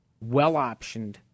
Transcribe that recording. well-optioned